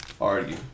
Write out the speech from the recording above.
argue